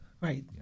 Right